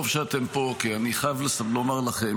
טוב שאתם פה, כי אני חייב לומר לכם